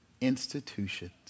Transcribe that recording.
institutions